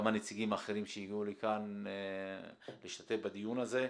גם הנציגים האחרים שהגיעו לכאן להשתתף בדיון הזה.